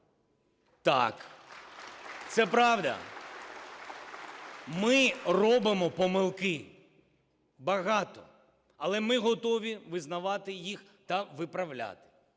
Так, це правда. Ми робимо помилки, багато, але ми готові визнавати їх та виправляти.